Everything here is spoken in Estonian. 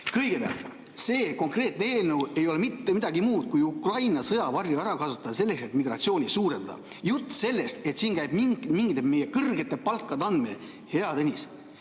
Kõigepealt, see konkreetne eelnõu ei ole mitte midagi muud kui Ukraina sõjavarju ära kasutamine selleks, et migratsiooni suurendada. Jutt sellest, et siin käib mingi kõrgete palkade andmine, hea Tõnis,